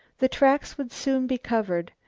the tracks would soon be covered,